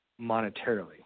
monetarily